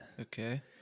Okay